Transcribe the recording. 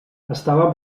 estava